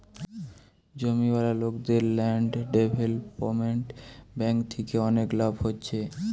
জমিওয়ালা লোকদের land development bank থিকে অনেক লাভ হচ্ছে